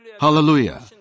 Hallelujah